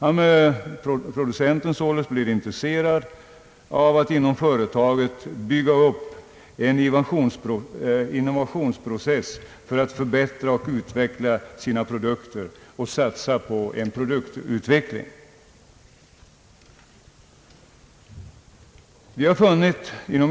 Producenten blir således intresserad av att inom företaget bygga upp en innovationsprocess för att förbättra och utveckla sina produkter och satsa på en produktutveckling.